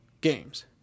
games